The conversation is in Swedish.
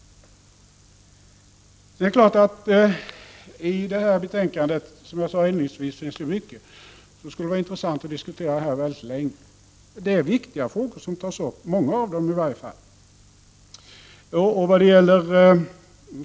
Som jag sade inledningsvis finns det mycket i detta betänkande som skulle vara intressant att diskutera länge här. Det är viktiga frågor som tas upp — i varje fall många av dem.